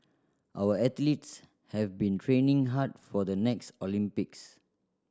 our athletes have been training hard for the next Olympics